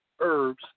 herbs